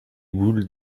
boules